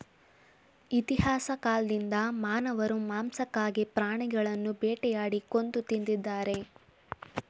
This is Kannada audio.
ಇತಿಹಾಸ ಕಾಲ್ದಿಂದ ಮಾನವರು ಮಾಂಸಕ್ಕಾಗಿ ಪ್ರಾಣಿಗಳನ್ನು ಬೇಟೆಯಾಡಿ ಕೊಂದು ತಿಂದಿದ್ದಾರೆ